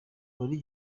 muri